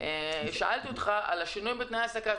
שאלתי אותך על שינוי בתנאי ההעסקה.